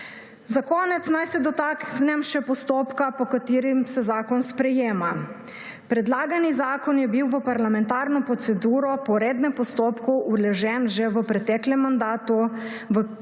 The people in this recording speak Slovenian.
Za konec naj se dotaknem še postopka, po katerem se zakon sprejema. Predlagani zakon je bil v parlamentarno proceduro po rednem postopku vložen že v preteklem mandatu. V tem